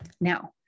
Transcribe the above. Now